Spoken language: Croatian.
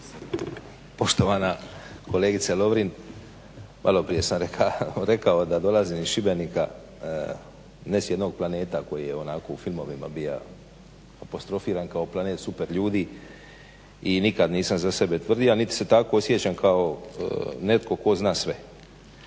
Poštovana kolegice Lovrin maloprije sam rekao da dolazim iz Šibenika ne s jednog planeta koji je onako u filmovima bio apostrofiran kao planet super ljudi i nikad nisam za sebe tvrdio niti se tako osjećam kao netko tko zna sve.